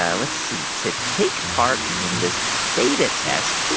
ah let's see. to take part in this beta test,